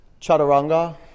Chaturanga